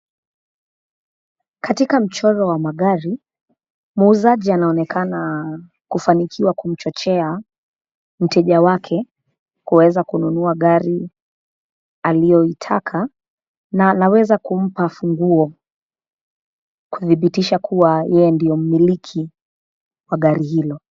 Katika mchoro wa magari, muuzaji anaonekana, kufanikiwa kumchochea, mteja wake, kuweza kununua gari, aliyoitaka na anaweza kumpa funguo, kuthibitisha kuwa yeye ndio mmiliki wa gari hilo.